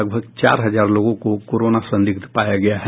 लगभग चार हजार लोगों को कोरोना संदिग्ध पाया गया है